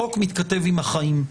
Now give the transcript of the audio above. חוק מתכתב עם החיים,